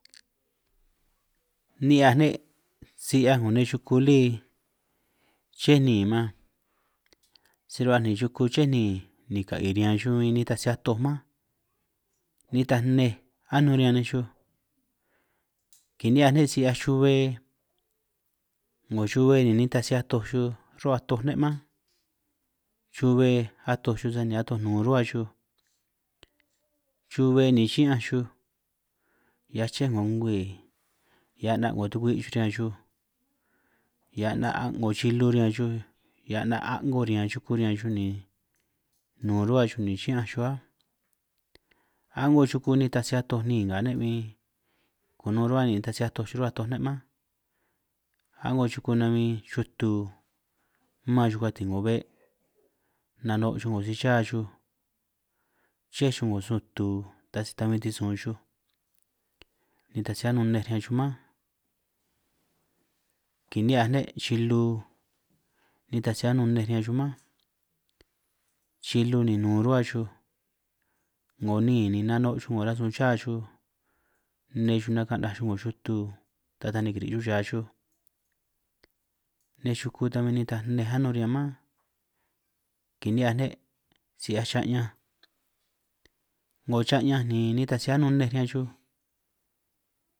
Ni'hiaj ne' si 'hiaj 'ngo nej yuku lí ché niin man, si ruhuaj ni yuku ché niin ni ka'i riñan xuj huin nitaj si atoj mánj, nitaj nnej anún riñan nej xuj, kini'hiaj ne' si 'hiaj yuhue 'ngo yuhue ni nitaj si atoj xuj rún' atoj ne' mánj, yuhue atoj xuj sani atoj nun ruhua xuj yuhue ni yi'ñanj xuj hia ché 'ngo gwii, hiaj 'na' 'ngo tukwi' xuj riñan xuj hiaj 'na' a'ngo chilu riñan xuj, hiaj 'na' a'ngo riñan xuku riñan xuj ni nun ruhua xuj ni chi'ñanj xuj áj, a'ngo xuku nitaj si atoj niin nga ne', huin kunun ruhua ne' nitaj si atoj xuj run' atoj ne' mánj, a'ngo yuku nan huin yutu man xuj katin 'ngo be', nano' xuj 'ngo si cha xuj ché xuj 'ngo sun tu, ta si ta huin si-sun xuj nitaj si anún nnej riñan xuj mánj, kini'hiaj ne' chilu nitaj si anun nnej riñan xuj mánj, chilu ni nun ruhua xuj 'ngo niin ni nano' xuj 'ngo rasun chá xuj, nne xuj naka'naj chuj 'ngo yutu taj ta ni kiri' xuj chaj xuj, nej xuku ta min nitaj nnej anún riñan mánj, kini'hiaj ne' si 'hiaj cha'ñanj 'ngo cha'anj ni nitaj si anún nnej riñan xuj.